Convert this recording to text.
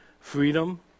freedom